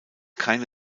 keine